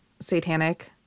satanic